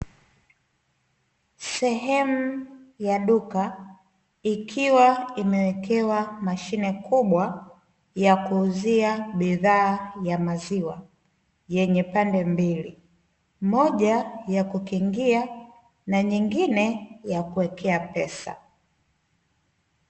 Sehemu ya duka ikiwa imewekewa mashine kubwa ya kuuzia bidhaa ya maziwa yenye pande mbili moja ya kukingia na nyingine ya kuekea pesa.